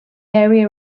area